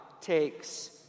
takes